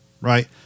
Right